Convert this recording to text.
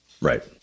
Right